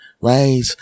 Right